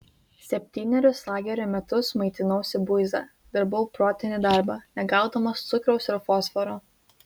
septynerius lagerio metus maitinausi buiza dirbau protinį darbą negaudamas cukraus ir fosforo